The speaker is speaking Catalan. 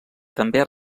també